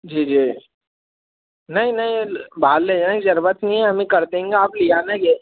जी जी नहीं नहीं बाहर ले जाने की ज़रूरत नहीं है हम ई कर देंगे आप लिआना ये